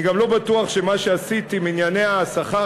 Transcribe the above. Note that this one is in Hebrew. אני גם לא בטוח שמה שעשית עם ענייני השכר,